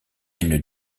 une